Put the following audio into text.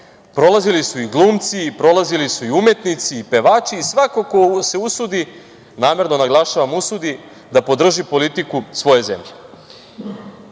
Prolazili su i glumci, umetnici, pevači i svako ko se usudi, namerno naglašavam usudi da podrži politiku svoje zemlje. Ne